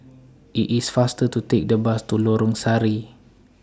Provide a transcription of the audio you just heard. IT IS faster to Take The Bus to Lorong Sari